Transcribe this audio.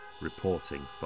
reporting